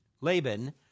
Laban